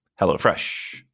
HelloFresh